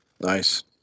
Nice